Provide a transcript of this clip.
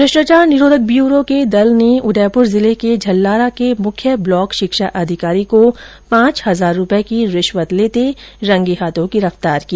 भ्रष्टाचार निरोधक bureau ACB ने उदयपुर जिले के झल्लारा के मुख्य ब्लॉक शिक्षा अधिकारी को पांच हजार रुपये की रिश्वत लेते रंगे हाथो गिरफ्तार किया